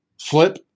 Flip